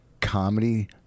Comedy